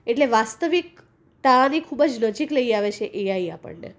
એટલે વાસ્તવિકતાની ખૂબ જ નજીક લઈ આવે છે એઆઈ આપણને